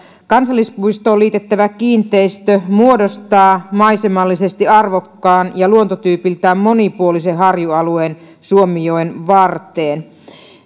kansallispuistoon liitettävä kiinteistö muodostaa maisemallisesti arvokkaan ja luontotyypiltään monipuolisen harjualueen suomujoen varteen